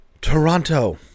Toronto